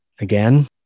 Again